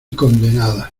condenada